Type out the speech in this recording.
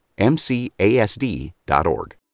MCASD.org